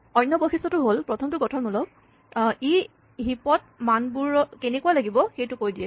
অন্য বৈশিষ্টটো হ'ল প্ৰথমটো গঠনমূলক ই হিপ ত মানবোৰ কেনেকুৱা লাগিব সেইটো কৈ দিয়ে